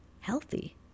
healthy